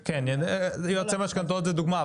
יועצי משכנתאות זה דוגמא,